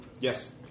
Yes